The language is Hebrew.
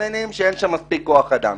שמתלוננים שאין שם מספיק כוח אדם,